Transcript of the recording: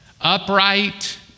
Upright